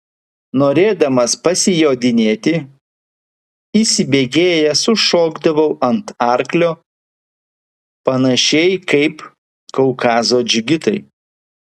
norėdamas pasijodinėti įsibėgėjęs užšokdavau ant arklio panašiai kaip kaukazo džigitai